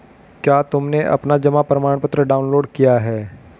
क्या तुमने अपना जमा प्रमाणपत्र डाउनलोड किया है?